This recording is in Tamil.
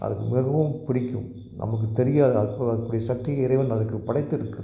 அதுக்கு மிகவும் பிடிக்கும் நமக்கு தெரியாது அதற்குரிய சக்தி இறைவன் அதற்கு படைத்திருக்கிறான்